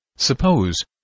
Suppose